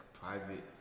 private